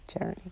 journey